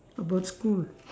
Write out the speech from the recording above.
about school